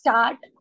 Start